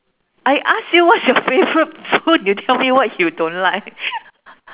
I ask you what's your favourite food you tell me what you don't like